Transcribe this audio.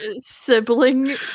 sibling